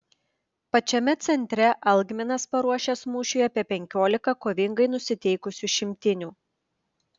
pačiame centre algminas paruošęs mūšiui apie penkiolika kovingai nusiteikusių šimtinių